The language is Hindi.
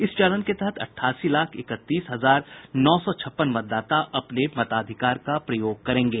इस चरण के तहत अठासी लाख इकतीस हजार नौ सौ छप्पन मतदाता अपने मताधिकार का प्रयोग करेंगे